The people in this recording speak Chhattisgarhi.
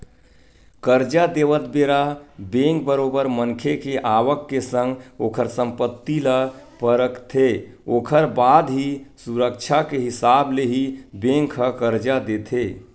करजा देवत बेरा बेंक बरोबर मनखे के आवक के संग ओखर संपत्ति ल परखथे ओखर बाद ही सुरक्छा के हिसाब ले ही बेंक ह करजा देथे